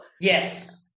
yes